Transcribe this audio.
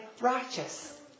righteous